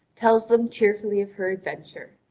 tells them tearfully of her adventure.